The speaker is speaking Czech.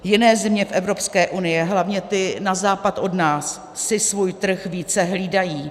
Jiné země v Evropské unii, hlavně ty na západ od nás, si svůj trh více hlídají.